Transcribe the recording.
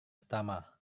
pertama